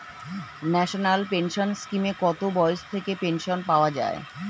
National pension স্কিমে কত বয়স থেকে পেনশন পাওয়া যায়?